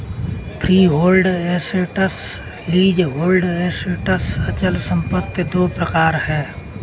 freehold assets, leasehold assets अचल संपत्ति दो प्रकार है